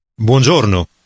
Buongiorno